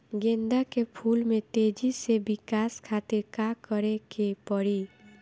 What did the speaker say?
गेंदा के फूल में तेजी से विकास खातिर का करे के पड़ी?